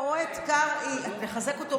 לחזק אותו.